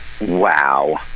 Wow